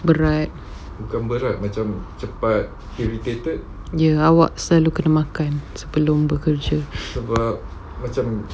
berat yes awak selalu perlu makan sebelum berkerja